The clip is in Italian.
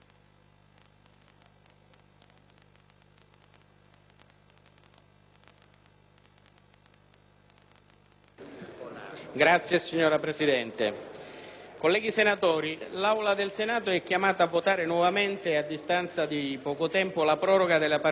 Signora Presidente, colleghi senatori, l'Aula del Senato è chiamata a votare nuovamente, a distanza di poco tempo, la proroga della partecipazione italiana